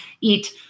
eat